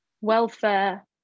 welfare